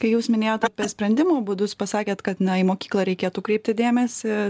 kai jūs minėjot apie sprendimo būdus pasakėt kad na į mokyklą reikėtų kreipti dėmesį